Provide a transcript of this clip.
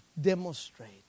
demonstrate